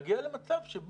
שהוא,